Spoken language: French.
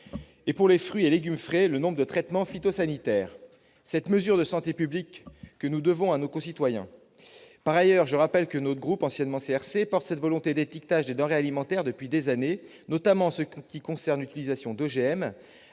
pour les fruits et légumes frais, le nombre de traitements phytosanitaires. C'est une mesure de santé publique que nous devons à nos concitoyens. Par ailleurs, je rappelle que notre groupe, qui s'appelait anciennement « CRC », porte cette volonté d'étiquetage des denrées alimentaires depuis des années, notamment en ce qui concerne l'utilisation d'OGM.